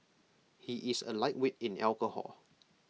he is A lightweight in alcohol